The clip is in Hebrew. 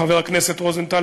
חבר הכנסת רוזנטל,